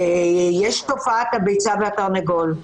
יש תופעת הביצה והתרנגולת.